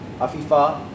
Afifa